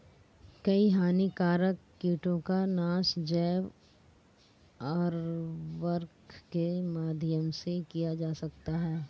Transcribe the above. कई हानिकारक कीटों का नाश जैव उर्वरक के माध्यम से किया जा सकता है